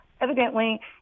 Evidently